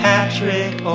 Patrick